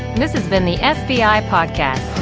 this has been the sbi podcast.